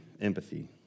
empathy